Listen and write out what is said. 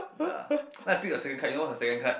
ya then I pick the second card you know what's the second card ya